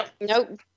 Nope